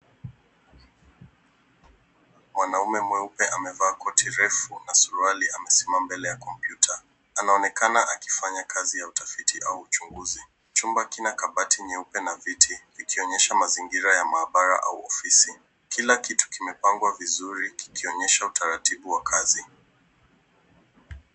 Mwanaume mweupe amevaa koti refu na suruali amesimama mbele ya kompyuta. Anaonekana akifanya kazi ya utafiti au uchunguzi. Chumba kina kabati nyeupe na viti zikionyesha mazingira ya maabara au ofisi. Kila kitu kimepangwa vizuri ikionyesha utaratibu wa kazi.